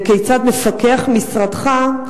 וכיצד מפקח משרדך,